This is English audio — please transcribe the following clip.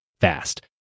fast